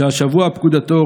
שהשבוע פקודתו,